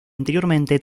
anteriormente